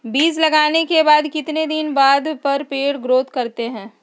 बीज लगाने के बाद कितने दिन बाद पर पेड़ ग्रोथ करते हैं?